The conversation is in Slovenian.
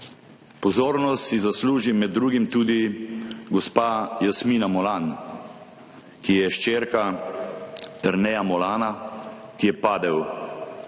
Pozornost si zasluži med drugimi tudi gospa Jasmina Molan, ki je hčerka Jerneja Molana, ki je padel